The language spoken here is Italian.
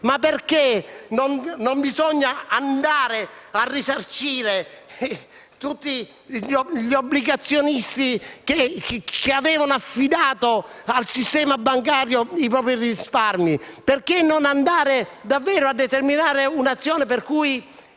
Ma perché non si possono risarcire tutti gli obbligazionisti che avevano affidato al sistema bancario i propri risparmi? Perché non andare davvero a determinare un'azione per cui